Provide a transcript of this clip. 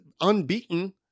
unbeaten